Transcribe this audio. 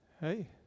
hey